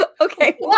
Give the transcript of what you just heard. okay